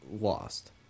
lost